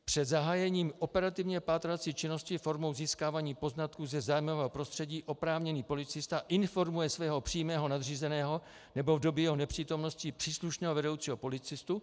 Před zahájením operativně pátrací činnosti formou získávání poznatků ze zájmového prostředí oprávněný policista informuje svého přímého nadřízeného, nebo v době jeho nepřítomnosti příslušného vedoucího policistu.